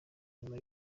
nyuma